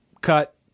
cut